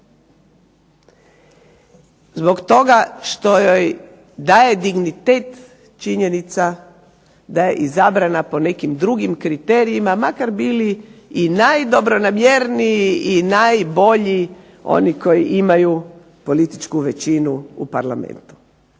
Zbog toga što joj daje dignitet činjenica da je izabrana po nekim drugim kriterijima makar bili i najdobronamjerniji i najbolji oni koji imaju političku većinu u parlamentu.